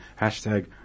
hashtag